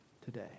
today